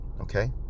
okay